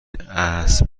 اسب